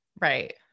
Right